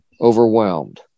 overwhelmed